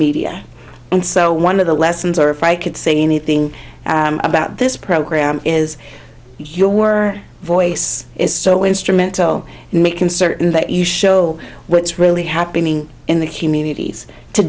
media and so one of the lessons or if i could say anything about this program is your voice is so instrumental in making certain that you show what's really happening in the communities to